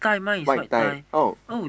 white tie oh